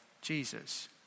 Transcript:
Jesus